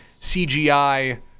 CGI